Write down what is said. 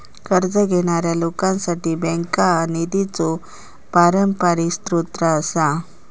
कर्ज घेणाऱ्या लोकांसाठी बँका हा निधीचो पारंपरिक स्रोत आसा